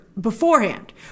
beforehand